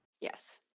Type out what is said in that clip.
Yes